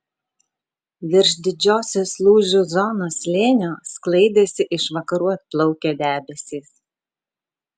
virš didžiosios lūžių zonos slėnio sklaidėsi iš vakarų atplaukę debesys